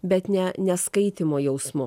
bet ne ne skaitymo jausmu